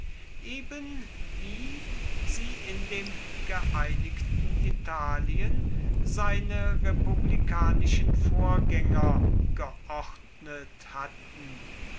ebenwie sie in dem geeinigten italien seine republikanischen vorgänger geordnet hatten